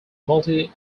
multi